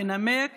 ינמק